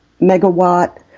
megawatt